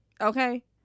okay